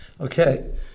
Okay